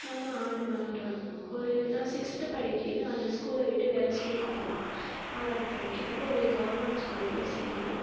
நானும் ஆடுவேன் வருவேன் ஒரு நான் சிக்ஸ்த்து படிக்கையில் அந்த ஸ்கூலை விட்டு வேறே ஸ்கூலுக்குப் போனேன் ஆறாவது படிக்கையில் ஒரு கவர்மெண்ட் ஸ்கூலில் போய் சேர்ந்தேன்